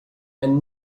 and